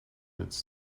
its